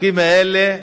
החוקים האלה,